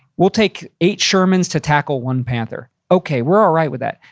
we'll take eight shermans to tackle one panther. okay, we're all right with that.